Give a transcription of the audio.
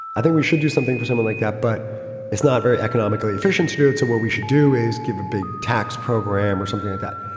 i think we should do something for someone like that, but it's not very economically efficient to do it. so what we should do is give a big tax program or something of that.